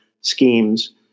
schemes